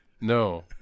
no